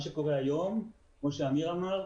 מה שקורה היום, כמו שאמיר אמר,